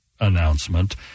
announcement